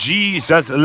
Jesus